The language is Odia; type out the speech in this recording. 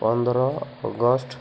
ପନ୍ଦର ଅଗଷ୍ଟ